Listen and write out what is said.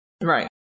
Right